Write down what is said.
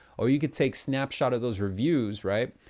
or you could take snapshot of those reviews, right?